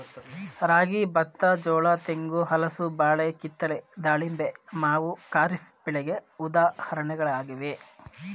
ರಾಗಿ, ಬತ್ತ, ಜೋಳ, ತೆಂಗು, ಹಲಸು, ಬಾಳೆ, ಕಿತ್ತಳೆ, ದಾಳಿಂಬೆ, ಮಾವು ಖಾರಿಫ್ ಬೆಳೆಗೆ ಉದಾಹರಣೆಯಾಗಿವೆ